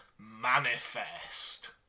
Manifest